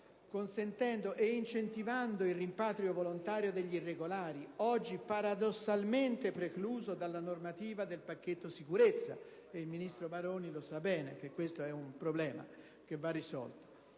consentendo e incentivando il rimpatrio volontario degli irregolari, oggi paradossalmente precluso dalla normativa del pacchetto sicurezza. Il ministro Maroni sa bene che questo è un problema che va risolto.